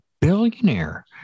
billionaire